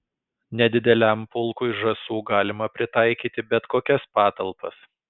nedideliam pulkui žąsų galima pritaikyti bet kokias patalpas